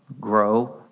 grow